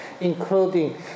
including